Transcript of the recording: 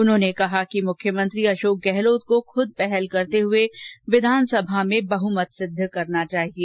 उन्होंने कहा कि मुख्यमंत्री अशोक गहलोत को खूद पहल करते हुए विधानसभा में बहुमत सिद्ध करना चाहिए